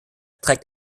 trägt